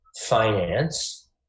finance